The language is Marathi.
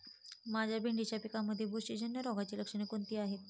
माझ्या भेंडीच्या पिकामध्ये बुरशीजन्य रोगाची लक्षणे कोणती आहेत?